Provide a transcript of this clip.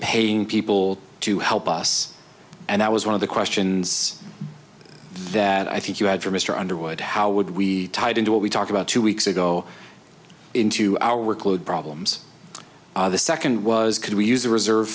paying people to help us and that was one of the questions that i think you had for mr underwood how would we tied into what we talked about two weeks ago into our workload problems the second was could we use the reserve